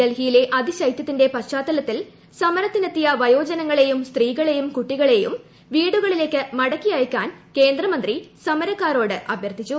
ഡൽഹിയിലെ അതിശൈത്യത്തിന്റെ പശ്ചാത്തലത്തിൽ സമരത്തിനെത്തിയ വയോജനങ്ങളെയും സ്ത്രീകളെയും കുട്ടികളെയും വീടുകളിലേക്ക് മടക്കി അയയ്ക്കാൻ മന്ത്രി സമരക്കാരോട് അഭ്യർത്ഥിച്ചു